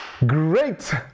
Great